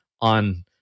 on